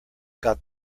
got